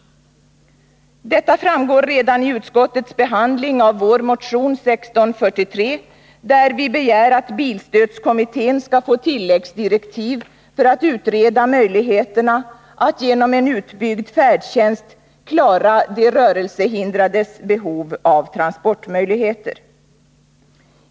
Detta framgår redan av utskottets behandling av vår motion 1643, där vi begär att bilstödskommittén skall få tilläggsdirektiv för att utreda möjligheterna att genom en utbyggd färdtjänst klara de rörelsehindrades behov av transportmöjligheter.